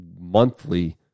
monthly